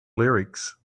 lyrics